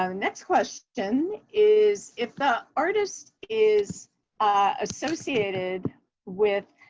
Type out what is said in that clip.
um next question is, if the artist is associated with